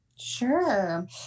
Sure